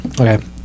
Okay